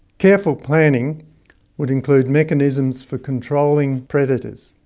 careful planning would include mechanisms for controlling predators,